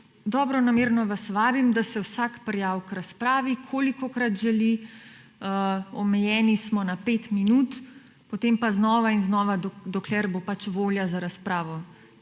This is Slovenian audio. dobronamerno vas vabim, da se vsak prijavi k razpravi, kolikokrat želi. Omejeni smo na 5 minut, potem pa znova in znova, dokler bo pač volja za razpravo.